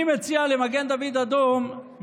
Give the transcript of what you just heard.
אני מציע למגן דוד אדום,